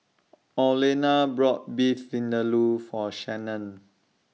Orlena bought Beef Vindaloo For Shanon